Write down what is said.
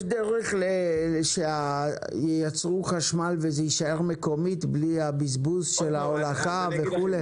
יש דרך שייצרו חשמל וזה יישאר מקומית בלי הבזבוז של ההולכה וכו'?